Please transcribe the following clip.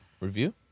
review